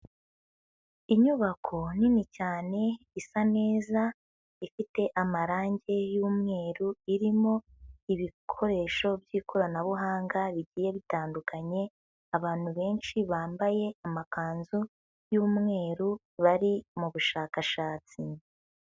Inyubako nini cyane isa neza, ifite amarangi y'umweru, irimo ibikoresho by'ikoranabuhanga bigiye bitandukanye, abantu benshi bambaye amakanzu y'umweru bari mu bushakashatsi.